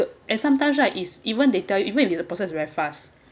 and sometimes right is even they tell you even if the process is very fast